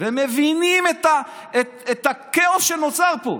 ומבינים את הכאוס שנוצר פה.